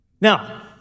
Now